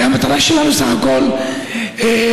הרי המטרה שלנו בסך הכול היא למזער